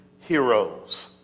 heroes